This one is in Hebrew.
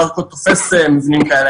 מרקו תופס מבנים כאלה,